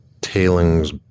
tailings